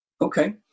Okay